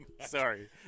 Sorry